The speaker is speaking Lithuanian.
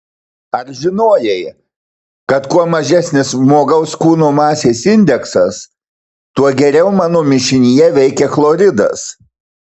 ar žinojai kad kuo mažesnis žmogaus kūno masės indeksas tuo geriau mano mišinyje veikia chloridas